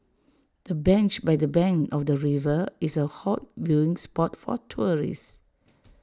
the bench by the bank of the river is A hot viewing spot for tourist